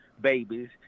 babies